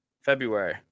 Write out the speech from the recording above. February